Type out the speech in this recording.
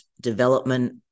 development